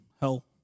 hell